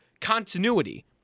continuity